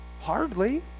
Hardly